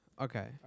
Okay